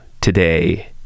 today